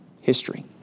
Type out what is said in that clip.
history